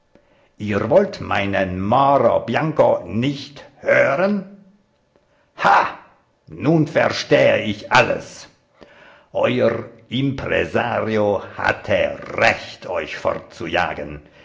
ihr wollt meine moro bianco nicht hören ha nun verstehe ich alles euer impresario hatte recht euch fortzujagen